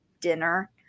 dinner